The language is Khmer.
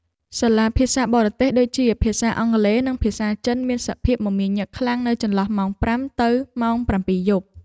សាលាភាសាបរទេសដូចជាភាសាអង់គ្លេសនិងភាសាចិនមានសភាពមមាញឹកខ្លាំងនៅចន្លោះម៉ោងប្រាំទៅម៉ោងប្រាំពីរយប់។